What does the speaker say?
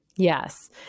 Yes